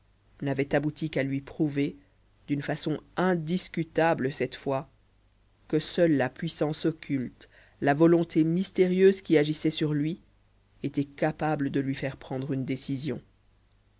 n'avait abouti qu'à lui prouver d'une façon indiscutable cette fois que seule la puissance occulte la volonté mystérieuse qui agissaient sur lui étaient capables de lui faire prendre une décision